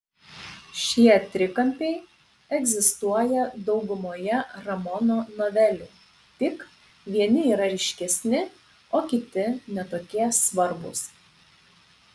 šie trikampiai egzistuoja daugumoje ramono novelių tik vieni yra ryškesni o kiti ne tokie svarbūs